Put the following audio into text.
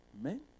Amen